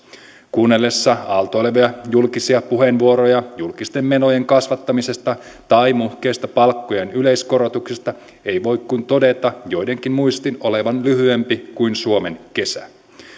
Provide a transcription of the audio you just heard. kuunnellessaan aaltoilevia julkisia puheenvuoroja julkisten menojen kasvattamisesta tai muhkeista palkkojen yleiskorotuksista ei voi kuin todeta joidenkin muistin olevan lyhyempi kuin suomen kesä